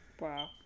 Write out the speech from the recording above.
Wow